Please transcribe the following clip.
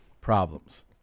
problems